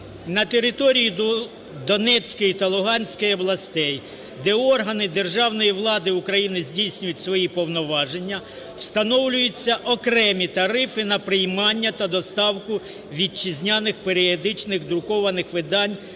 на території Донецької та Луганської областей, де органи державної влади України здійснюють свої повноваження, встановлюються окремі тарифи на приймання та доставку вітчизняних періодичних друкованих видань